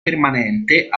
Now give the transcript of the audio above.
permanente